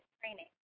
training